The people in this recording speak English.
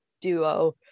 duo